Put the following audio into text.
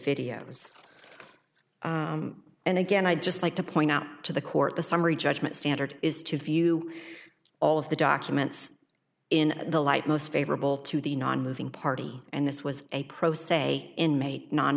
videos and again i'd just like to point out to the court the summary judgment standard is to view all of the documents in the light most favorable to the nonmoving party and this was a pro se inmate